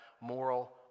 moral